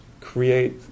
create